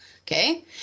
Okay